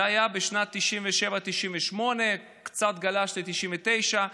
זה היה בשנת 1998-1997, גלש קצת ל-1999.